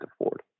afford